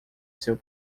seu